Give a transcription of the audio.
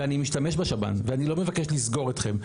ואני משתמש בשב"ן ואני לא מבקש לסגור אתכם.